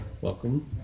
welcome